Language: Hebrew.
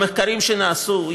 במחקרים שנעשו,